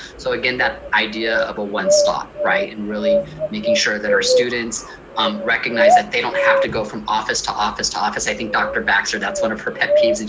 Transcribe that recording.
so again, that idea of a one-stop right, and really making sure that our students um recognize that they don't have to go from office to office to office. i think dr. baxter, that's one of her pet peeves. and